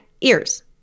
ears